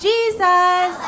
Jesus